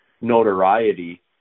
notoriety